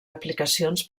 aplicacions